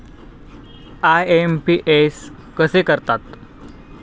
IMPS कसे करतात?